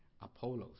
Apollos